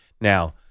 Now